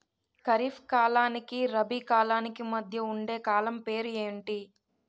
ఖరిఫ్ కాలానికి రబీ కాలానికి మధ్య ఉండే కాలం పేరు ఏమిటి?